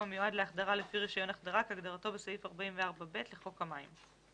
המיועד להחדרה לפי רישיון החדרה כהגדרתו סעיף 44ב, לחוק המים".